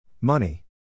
Money